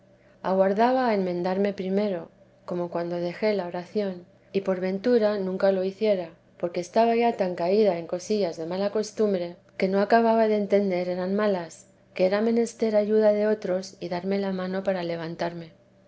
aguardaba a enmendarme primero como cuando dejé la oración y por ventura nunca lo hiciera porque estaba ya tan caída en cosillas de mala costumbre que no acababa de entender eran malas que era menester ayuda de otros y darme la mano para levantarme